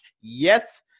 Yes